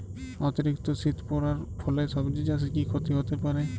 অতিরিক্ত শীত পরার ফলে সবজি চাষে কি ক্ষতি হতে পারে?